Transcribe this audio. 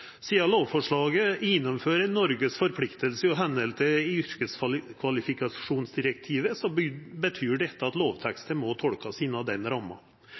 Sidan lovforslaget gjennomfører Noregs forpliktingar i samsvar med yrkeskvalifikasjonsdirektivet, betyr dette at lovteksten må tolkast innanfor den